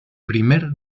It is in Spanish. primer